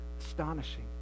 astonishing